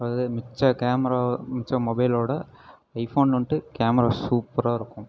அது மிச்ச கேமரா மிச்ச மொபைலோடு ஐஃபோன் வந்துட்டு கேமரா சூப்பராக இருக்கும்